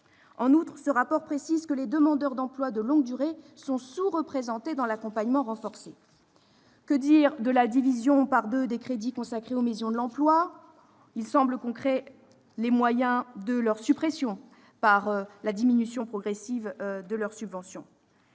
En outre, ce rapport précise que « les demandeurs d'emploi de longue durée sont sous-représentés dans l'accompagnement renforcé ». Que dire de la division par deux des crédits consacrés aux maisons de l'emploi ? Il semble que l'on crée les moyens de leur suppression par la diminution progressive de leur subvention.